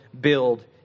build